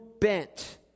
bent